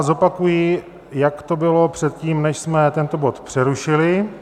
Zopakuji, jak to bylo předtím, než jsme tento bod přerušili.